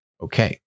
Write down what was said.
Okay